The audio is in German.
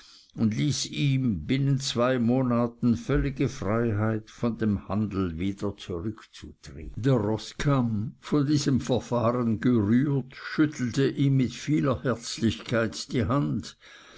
und ließ ihm binnen zwei monaten völlige freiheit von dem handel wieder zurückzutreten der roßkamm von diesem verfahren gerührt schüttelte ihm mit vieler herzlichkeit die hand